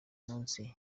munsi